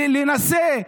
להינשא,